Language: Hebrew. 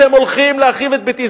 אתם הולכים להחריב את ביתי.